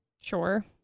Sure